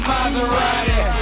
Maserati